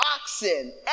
oxen